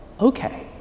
okay